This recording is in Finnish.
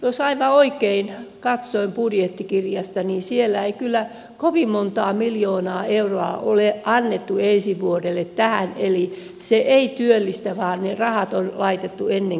jos aivan oikein katsoin budjettikirjasta siellä ei kyllä kovin monta miljoonaa euroa ole annettu ensi vuodelle tähän eli se ei työllistä vaan ne rahat on laitettu ennen kaikkea suunnitteluun